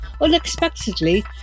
unexpectedly